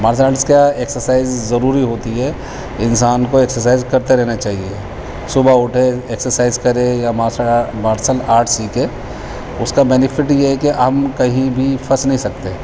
martial art کیا exercise ضروری ہوتی ہے انسان کو ایکسرسائز کرتے رہنے چاہیے صبح اٹھے ایکسرسائز کرے یا مارشل مارشل آرٹ سیکھے اس کا بینیفٹ یہ ہے کہ ہم کہیں بھی پھنس نہیں سکتے ہے